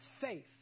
faith